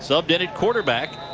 so updated quarterback,